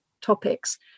topics